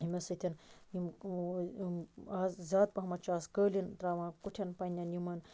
أمِس سۭتۍ آز زیاد پَہمَتھ چھِ آز کٲلیٖن تراوان کُٹھیٚن پَننٮ۪ن یِمَن